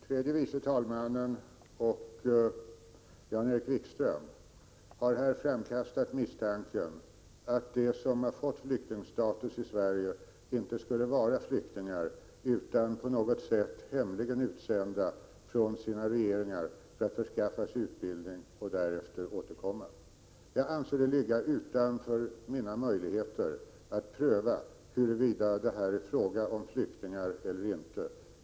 Fru talman! Både tredje vice talman och Jan-Erik Wikström har här framkastat misstanken att de som fått flyktingstatus i Sverige inte skulle vara flyktingar utan på något sätt hemligen utsända av sina regeringar för att skaffa sig utbildning och därefter återkomma till hemlandet. Jag anser det ligga utanför mina möjligheter att pröva huruvida det är fråga om flyktingar eller inte.